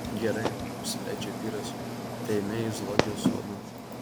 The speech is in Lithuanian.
gerai nusileidžia vyras tai eime į zoologijos sodą